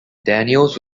daniels